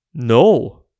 No